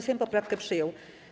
Sejm poprawkę przyjął.